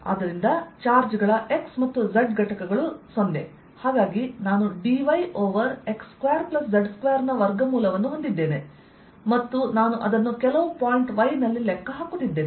ಆದ್ದರಿಂದ ಚಾರ್ಜ್ ಗಳ x ಮತ್ತು z ಘಟಕಗಳು 0 ಹಾಗಾಗಿ ನಾನು dy ಓವರ್ x2z2 ವರ್ಗಮೂಲವನ್ನು ಹೊಂದಿದ್ದೇನೆ ಮತ್ತು ನಾನು ಅದನ್ನು ಕೆಲವು ಪಾಯಿಂಟ್y ನಲ್ಲಿ ಲೆಕ್ಕ ಹಾಕುತ್ತಿದ್ದೇನೆ